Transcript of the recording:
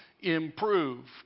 improved